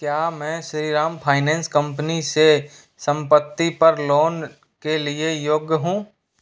क्या मैं Shriram finance company से संपत्ति पर लोन के लिए योग्य हूँ